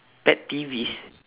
pet peeves